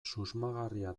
susmagarria